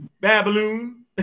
Babylon